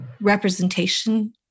representation